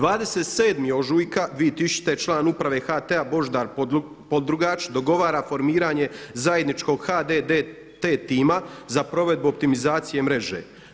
27. ožujka 2000. član uprave HT-a Božidar Poldrugač dogovara formiranje zajedničkog HDDT tima za provedbu optimizacije mreže.